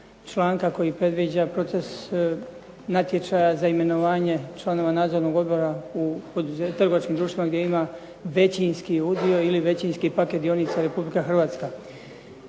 članka koji predviđa proces natječaja za imenovanje članova nadzornih odbora u trgovačkim društvima gdje ima većinski udio ili većinski paket dionica Republika Hrvatska.